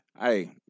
Hey